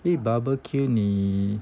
eh barbecue 你